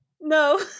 No